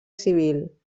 civil